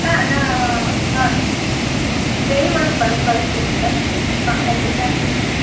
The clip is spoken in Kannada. ಹಾಂ ನಾ ಹಾಂ ಡೈರಿ ಒಳಗೆ ಬರೆದು ಕಳಿಸ್ತೀವಿ ಮೇಡಮ್ ಹಾಂ ಓಕೆ ಟ್ಯಾಂಕ್ ಯು ಮೇಡಮ್